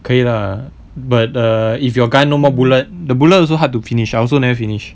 可以 lah but err if your guy no more bullet the bullet also hard to finish I also never finished